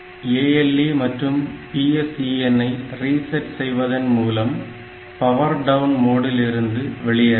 ALE மற்றும் PSEN ஐ reset செய்வதன் மூலம் பவர் டவுன் மோடில் இருந்து வெளியேறலாம்